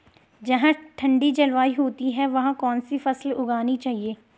जहाँ ठंडी जलवायु होती है वहाँ कौन सी फसल उगानी चाहिये?